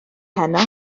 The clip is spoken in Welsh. heno